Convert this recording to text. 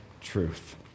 truth